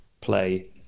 play